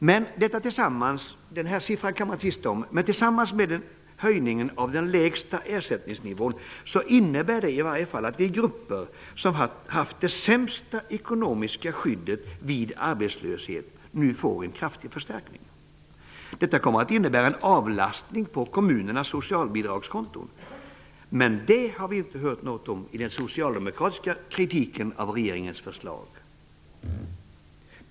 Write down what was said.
Man kan förvisso tvista om siffran, men tillsammans med höjningen av den lägsta ersättningsnivån innebär förändringen i alla fall att de grupper som haft det sämsta ekonomiska skyddet vid arbetslöshet nu får en kraftig förstärkning. Detta kommer att innebära en avlastning på kommunernas socialbidragskonto, men det har vi inte hört något om i den socialdemokratiska kritiken av regeringens förslag.